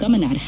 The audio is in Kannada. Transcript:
ಗಮನಾರ್ಹ